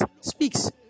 speaks